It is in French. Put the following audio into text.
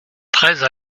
treize